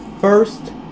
first